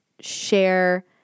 share –